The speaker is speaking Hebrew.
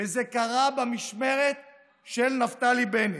וזה קרה במשמרת של נפתלי בנט.